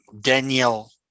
Daniel